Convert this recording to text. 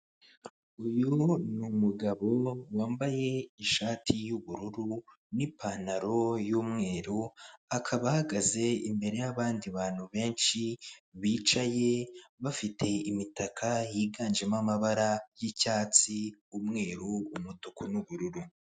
Umugabo wambaye kositime ifite ibara ry'ivu, akaba yambaye rinete ufite utwanwa n'agasatsi gakeya, akaboko k'ibumoso gafite mikorofone, akaboko k'iburyo gafashe ku meza gasa shokora kamuri imbere, yambaye n'agakaruvate ari kumwenyura.